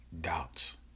doubts